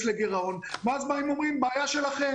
לגירעון ואז באים ואומרים שזאת בעיה שלנו.